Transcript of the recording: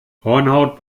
hornhaut